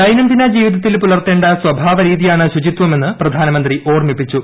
ദൈനംദിന ജീവിതത്തിൽ പുലർത്തേണ്ട സ്വഭാവരീതിയാണ് ശുചിത്വമെന്ന് പ്രധാനമന്ത്രി ഓർമ്മിപ്പിച്ചു